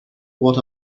what